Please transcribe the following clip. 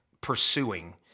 pursuing